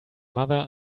mother